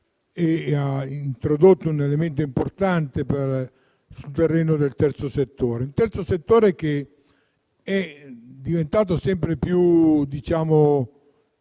che ha introdotto un elemento importante sul terreno del Terzo settore. Il terzo settore è diventato sempre più pesante